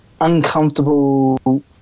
uncomfortable